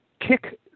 kick